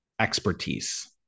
expertise